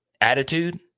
Attitude